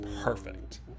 perfect